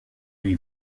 lui